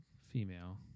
female